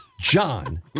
John